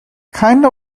kinda